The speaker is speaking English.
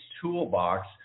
toolbox